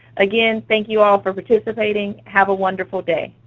again, thank you all for participating. have a wonderful day.